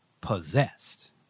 Possessed